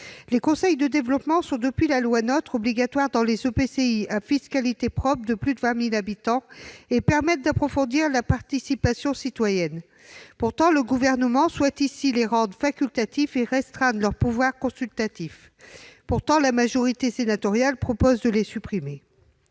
les conseils de développement sont obligatoires dans les EPCI à fiscalité propre de plus de 20 000 habitants et permettent d'approfondir la participation citoyenne. Pourtant, le Gouvernement souhaite les rendre facultatifs et restreindre leur pouvoir consultatif ! Pourtant, la majorité sénatoriale propose de les supprimer